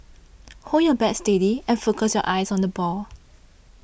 hold your bat steady and focus your eyes on the ball